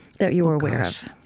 that you were aware of?